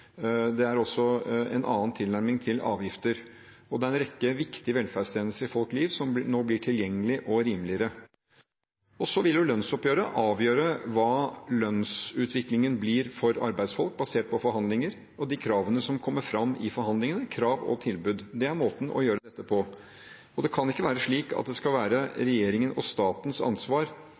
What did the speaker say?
Det er også en annen tilnærming til avgifter, og det er en rekke viktige velferdstjenester i folks liv som nå blir tilgjengelige og rimeligere. Så vil lønnsoppgjøret avgjøre hva lønnsutviklingen blir for arbeidsfolk, basert på forhandlinger og de kravene som kommer fram i forhandlingene – krav og tilbud. Det er måten å gjøre dette på. Det kan ikke være slik at det skal være regjeringens og statens ansvar